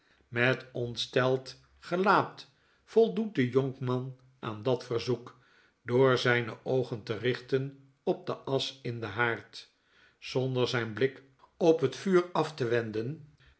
met ontsteld gelaat voldoet de jonkman aan dat verzoek door zyne oogen te richten op de asch in den haard zonder zyn blik op het vuur af te wendbljjft